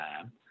time